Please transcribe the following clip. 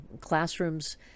classrooms